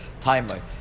timely